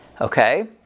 Okay